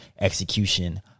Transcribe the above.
execution